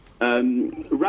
Right